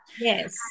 Yes